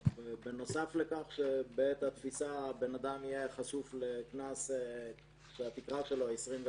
בנוסף לכך שבעת התפיסה בן אדם יהיה חשוף לקנס שהתקרה שלו היא 29,000,